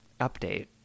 Update